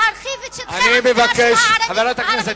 להרחיב את שטחי תוכנית